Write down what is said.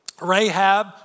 Rahab